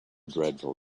dreadful